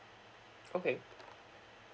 okay